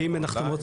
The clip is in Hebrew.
ואם אין החתמות?